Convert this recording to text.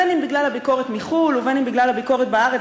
אם בגלל הביקורת מחו"ל ואם בגלל הביקורת בארץ,